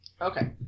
Okay